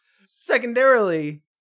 secondarily